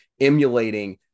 emulating